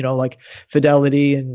you know like fidelity, and